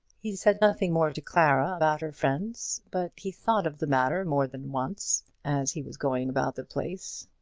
he said nothing more to clara about her friends, but he thought of the matter more than once, as he was going about the place,